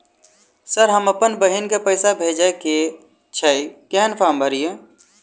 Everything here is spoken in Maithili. सर हम अप्पन बहिन केँ पैसा भेजय केँ छै कहैन फार्म भरीय?